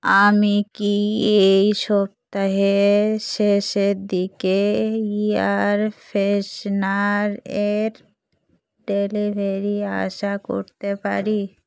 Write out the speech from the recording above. আমি কি এই সপ্তাহে শেষের দিকে এয়ার ফ্রেশ্নার এর ডেলিভারি আশা করতে পারি